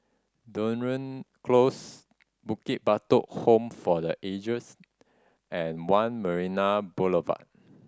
Dunearn Close Bukit Batok Home for the Ages and One Marina Boulevard